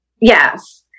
Yes